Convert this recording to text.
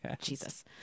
Jesus